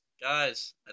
Guys